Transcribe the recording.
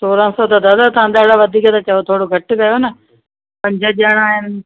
सोरहं सो त दादा तव्हां वधीक था चओ थोरो घटि कयो न पंज ॼणा आहिनि